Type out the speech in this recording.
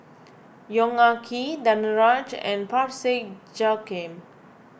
Yong Ah Kee Danaraj and Parsick Joaquim